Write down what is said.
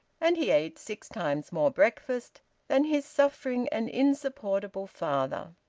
and he ate six times more breakfast than his suffering and insupportable father.